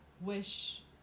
wish